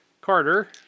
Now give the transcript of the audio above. Carter